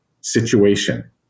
situation